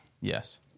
yes